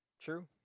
True